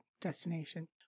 destination